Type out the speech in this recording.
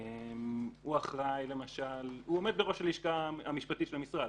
רואים שהוא עומד בראש הלשכה המשפטית של המשרד,